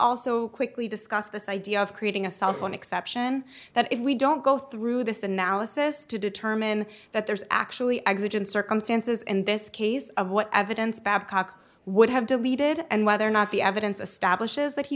also quickly discuss this idea of creating a cell phone exception that if we don't go through this analysis to determine that there is actually exit in circumstances in this case of what evidence babcock would have deleted and whether or not the evidence of